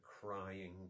crying